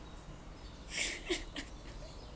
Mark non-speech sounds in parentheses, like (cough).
(laughs)